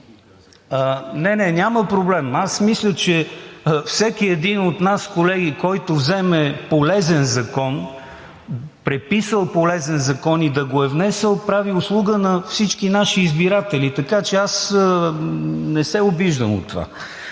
Не, не, няма проблем! Аз мисля, че всеки един от нас, колеги, който вземе полезен закон, преписал полезен закон и го е внесъл, прави услуга на всички наши избиратели. Така че аз не се обиждам от това.